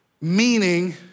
meaning